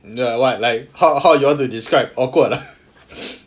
you know like like how you want to describe awkward ah